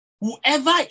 whoever